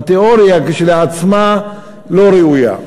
התיאוריה כשלעצמה לא ראויה,